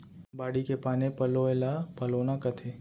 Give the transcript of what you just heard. बाड़ी के पानी पलोय ल पलोना कथें